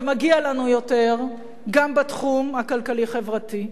ומגיע לנו יותר גם בתחום הכלכלי-חברתי.